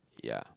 ya